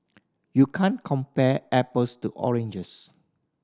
you can't compare apples to oranges